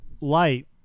light